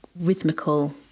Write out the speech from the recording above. rhythmical